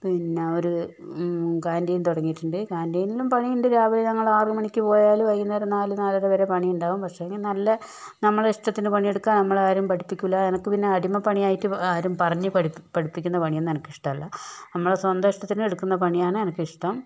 പിന്നെ ഒരു കാന്റീൻ തുടങ്ങിയിട്ടുണ്ട് കാന്റീനിലും പണിണ്ട് രാവിലെ ഞങ്ങള് ആറു മണിക്ക് പോയാല് വൈകുന്നേരം നാല് നാലര വരെ പണിണ്ടാകും പക്ഷെ നല്ല നമ്മുടെ ഇഷ്ടത്തിന് പണിയെടുക്കാം നമ്മളെ ആരും പഠിപ്പിക്കൂല്ല എനിക്ക് പിന്നെ അടിമ പണിയായിട്ട് ആരും പറഞ്ഞു പഠിപ്പി പഠിപ്പിക്കുന്ന പണിയൊന്നും എനക്കിഷ്ട്ടമല്ല നമ്മുടെ സ്വന്തയിഷ്ട്ടത്തിന് എടുക്കുന്ന പണിയാണ് എനക്കിഷ്ട്ടം